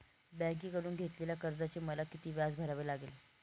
बँकेकडून घेतलेल्या कर्जाचे मला किती व्याज भरावे लागेल?